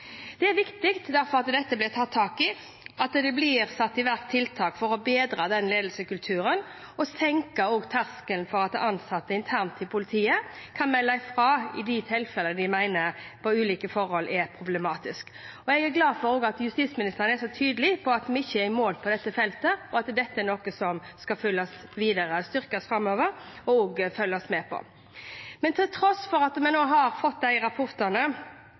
Det er viktig at dette blir tatt tak i, og at det blir satt i verk tiltak for å bedre ledelseskulturen og senke terskelen for at ansatte internt i politiet kan melde fra i de tilfellene der de mener ulike forhold er problematiske. Jeg er glad for at justisministeren er så tydelig på at vi ikke er i mål på dette feltet, og at dette er noe som skal følges videre og styrkes framover – og også følges med på. Men til tross for at vi nå har fått rapportene